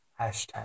hashtag